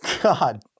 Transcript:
god